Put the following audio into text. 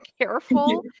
careful